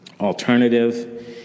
Alternative